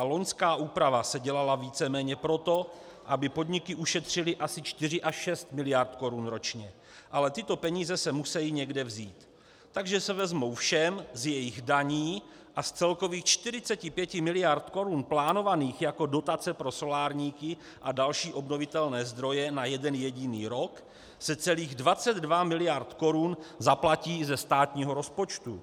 Loňská úprava se dělala víceméně proto, aby podniky ušetřily asi 4 až 6 mld. Kč ročně, ale tyto peníze se musejí někde vzít, takže se vezmou všem z jejich daní a z celkových 45 mld. Kč plánovaných jako dotace pro solárníky a další obnovitelné zdroje na jeden jediný rok se celých 22 mld. Kč zaplatí ze státního rozpočtu.